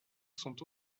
sont